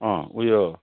उयो